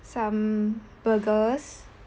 some burgers